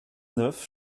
neuf